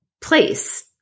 place